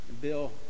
Bill